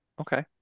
Okay